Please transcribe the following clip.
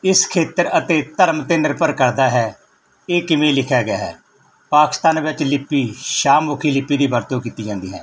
ਇਸ ਖੇਤਰ ਅਤੇ ਧਰਮ 'ਤੇ ਨਿਰਭਰ ਕਰਦਾ ਹੈ ਇਹ ਕਿਵੇਂ ਲਿਖਿਆ ਗਿਆ ਹੈ ਪਾਕਿਸਤਾਨ ਵਿੱਚ ਲਿਪੀ ਸ਼ਾਹਮੁਖੀ ਲਿਪੀ ਦੀ ਵਰਤੋਂ ਕੀਤੀ ਜਾਂਦੀ ਹੈ